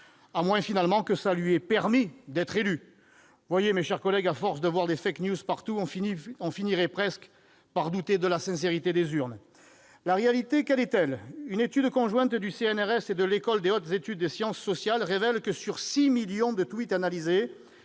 À moins qu'ils ne le lui aient permis- vous voyez, mes chers collègues, que, à force de voir des partout, on finirait presque par douter de la sincérité des urnes ... La réalité, quelle est-elle ? Une étude conjointe du CNRS et de l'École des hautes études en sciences sociales révèle que, sur 6 millions de tweets analysés,